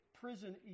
prison